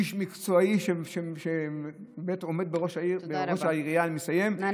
הוא איש מקצועי שבאמת עומד בראש העירייה -- תודה רבה,